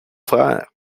frère